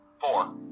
Four